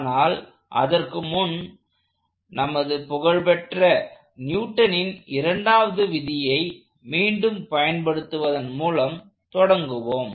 ஆனால் அதற்கு முன் நமது புகழ்பெற்ற நியூட்டனின் இரண்டாவது விதியை மீண்டும் பயன்படுத்துவதன் மூலம் தொடங்குவோம்